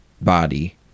body